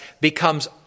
becomes